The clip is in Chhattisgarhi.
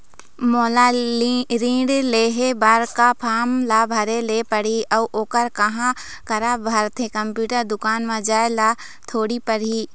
मोला ऋण लेहे बर का फार्म ला भरे ले पड़ही अऊ ओहर कहा करा भराथे, कंप्यूटर दुकान मा जाए ला थोड़ी पड़ही?